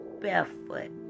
barefoot